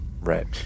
Right